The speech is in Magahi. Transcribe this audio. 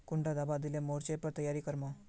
कुंडा दाबा दिले मोर्चे पर तैयारी कर मो?